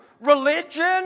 religion